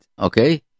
okay